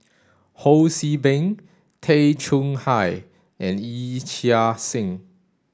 Ho See Beng Tay Chong Hai and Yee Chia Hsing